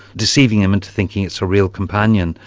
deceiving them into thinking it's a real companion.